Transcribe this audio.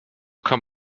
kann